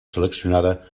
seleccionada